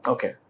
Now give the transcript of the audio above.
Okay